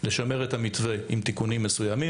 היו לשמר את המתווה עם תיקונים מסוימים